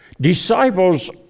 Disciples